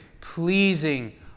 pleasing